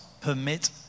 permit